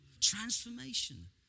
transformation